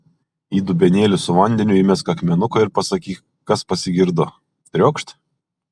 į dubenėlį su vandeniu įmesk akmenuką ir pasakyk kas pasigirdo triokšt